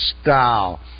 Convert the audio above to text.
Style